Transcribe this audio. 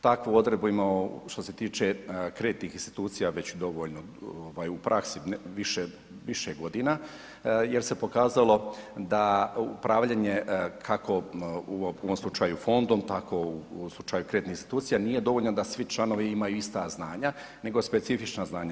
Takvu odredbu imamo, što se tiče kreditnih institucija već dovoljno u praksi, više godina jer se pokazalo da upravljanje, kako u ovom slučaju fondom, tako u slučaju kreditnih institucija, nije dovoljno da svi članovi imaju ista znanja nego specifična znanja.